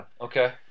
Okay